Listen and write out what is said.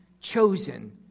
chosen